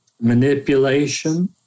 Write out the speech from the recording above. manipulation